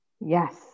Yes